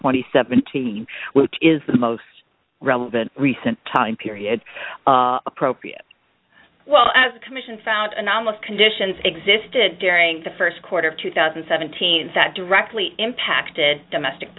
and seventeen which is the most relevant recent time period appropriate well as the commission found and almost conditions existed during the st quarter of two thousand and seventeen that directly impacted domestic